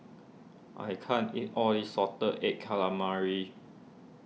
I can't eat all of this Salted Egg Calamari